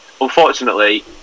Unfortunately